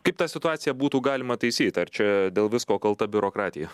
kaip tą situaciją būtų galima taisyt ar čia dėl visko kalta biurokratija